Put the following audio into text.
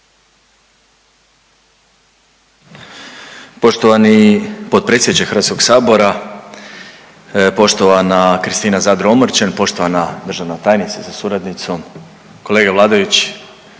Poštovani potpredsjedniče Hrvatskog sabora, poštovana Kristina Zadro-Omrčen, poštovana državna tajnice sa suradnicom, kolege vladajući